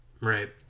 Right